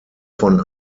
von